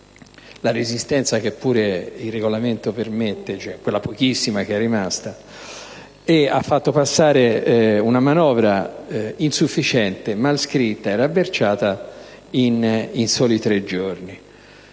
la resistenza che pure il Regolamento permette (cioè quella pochissima che è rimasta) e ha fatto passare una manovra insufficiente, malscritta e rabberciata in soli tre giorni.